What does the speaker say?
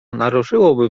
naruszałoby